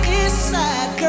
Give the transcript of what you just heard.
inside